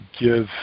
give